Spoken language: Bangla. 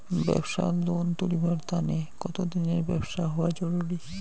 ব্যাবসার লোন তুলিবার তানে কতদিনের ব্যবসা হওয়া জরুরি?